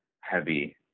heavy